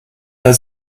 had